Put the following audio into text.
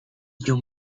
you